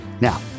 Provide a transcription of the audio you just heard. Now